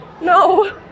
No